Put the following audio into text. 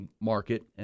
market